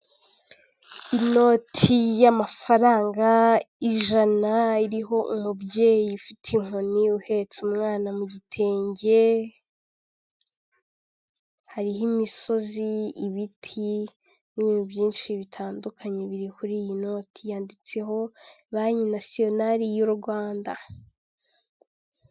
Inoti y'amafaranga ijana iriho umubyeyi ufite inkoni uhetse umwana mu gitenge, hariho imisozi, ibiti n'ibintu byinshi bitandukanye biri kuri iyi noti, yanditseho banki nasiyonari y'u Rwanda.